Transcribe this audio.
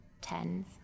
TENS